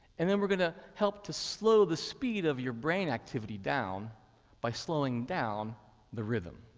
and then we're going to help to slow the speed of your brain activity down by slowing down the rhythm.